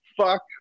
fuck